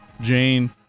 Jane